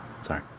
Sorry